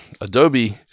Adobe